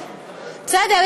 בסדר,